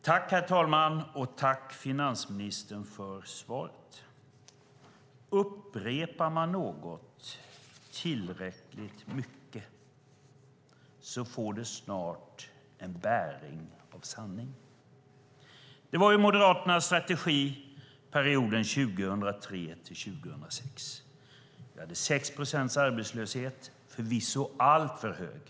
Herr talman! Tack, finansministern, för svaret. Upprepar man något tillräckligt många gånger får det snart en bäring av sanning. Det var Moderaternas strategi under perioden 2003-2006. Vi hade 6 procents arbetslöshet - förvisso alltför hög.